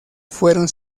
fueron